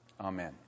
Amen